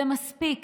זה מספיק